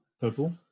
purple